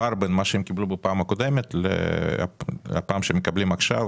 הפער בין מה שהם קיבלו בפעם הקודמת למה שהם מקבלים עכשיו,